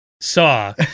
saw